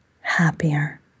happier